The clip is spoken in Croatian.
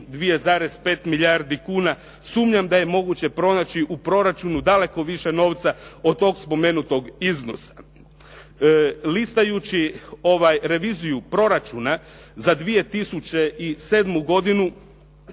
2,5 milijardi kuna. Sumnjam da je moguće pronaći u proračunu daleko više novca od tog spomenutog iznosa. Listajući Reviziju proračuna za 2007. godinu